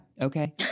okay